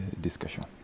discussion